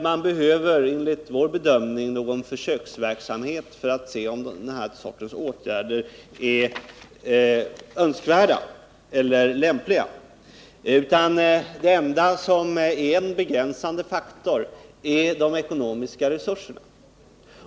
Man behöver enligt vår bedömning inte någon försöksverksamhet för att se om denna sorts åtgärder är önskvärda eller lämpliga, utan den enda begränsande faktorn är de ekonomiska resurserna.